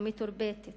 המתורבתת